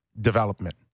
development